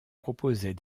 proposait